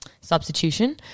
substitution